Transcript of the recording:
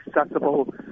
accessible